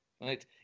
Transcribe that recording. right